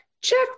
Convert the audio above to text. Check